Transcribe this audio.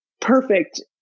perfect